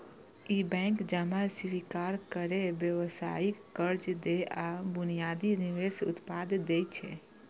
ई bank जमा स्वीकार करै, व्यावसायिक कर्ज दै आ बुनियादी निवेश उत्पाद दै छै